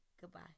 Goodbye